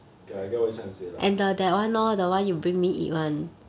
okay I get what you trying to say lah